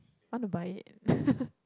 want to buy it